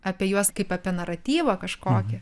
apie juos kaip apie naratyvą kažkokį